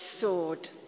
sword